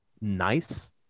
nice